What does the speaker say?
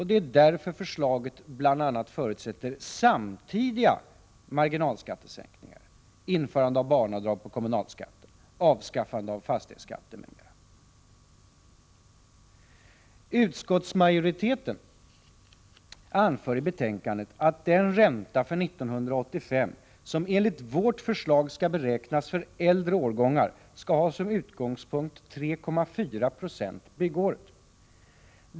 Det är därför förslaget bl.a. förutsätter samtidiga marginalskattesänkningar, införande av barnavdrag på kommunalskatten, avskaffande av fastighetsskatten, m.m. Utskottsmajoriteten anför i betänkandet att den ränta för 1985 som enligt vårt förslag skall beräknas för äldre årgångar skall ha som utgångspunkt 3,4 70 byggåret.